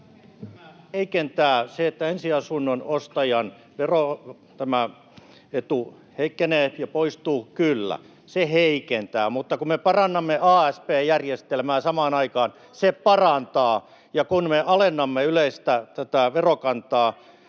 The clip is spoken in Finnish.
tämä heikentää. Se, että ensiasunnon ostajan veroetu heikkenee ja poistuu, kyllä, se heikentää, mutta kun me parannamme asp-järjestelmää samaan aikaan, se parantaa, ja kun me alennamme tätä yleistä verokantaa,